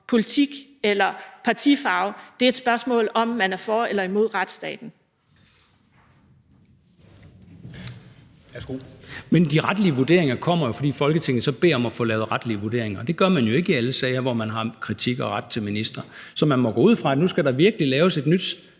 Kristensen): Værsgo. Kl. 13:59 Kristian Thulesen Dahl (DF): Men de retlige vurderinger kommer jo, fordi Folketinget beder om at få lavet retlige vurderinger, og det gør man jo ikke i alle sager, hvor man har kritik at rette mod en minister. Så man må gå ud fra, at nu skal der virkelig laves en ny